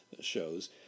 shows